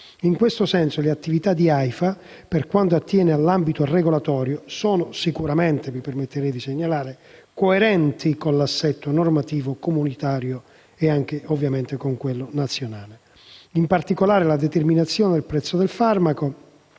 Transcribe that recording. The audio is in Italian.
In tal senso, le attività dell'AIFA, per quanto attiene all'ambito regolatorio, sono sicuramente - mi permetterei di segnalarlo - coerenti con l'assetto normativo comunitario e nazionale. In particolare, la determinazione del prezzo dei farmaci